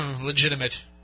legitimate